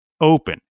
open